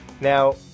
Now